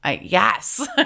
yes